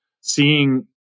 seeing